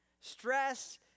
stress